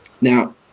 Now